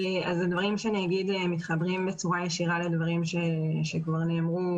הדברים שאגיד מתחברים בצורה ישירה לדברים שכבר נאמרו,